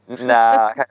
Nah